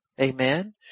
Amen